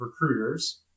recruiters